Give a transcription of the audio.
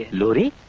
booty